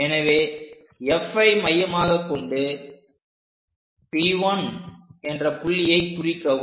எனவே Fஐ மையமாக கொண்டு P 1 என்ற புள்ளியை குறிக்கவும்